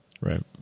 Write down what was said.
Right